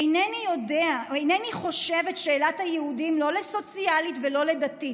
"אינני חושב את שאלת היהודים לא לסוציאלית ולא לדתית",